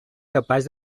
capaç